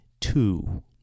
two